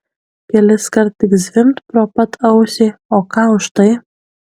keliskart tik zvimbt pro pat ausį o ką už tai